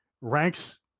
ranks